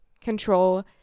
control